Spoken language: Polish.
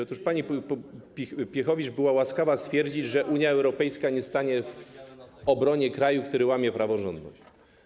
Otóż pani Pihowicz była łaskawa stwierdzić, że Unia Europejska nie stanie w obronie kraju, który łamie praworządność.